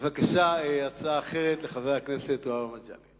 בבקשה, הצעה אחרת לחבר הכנסת מגלי והבה.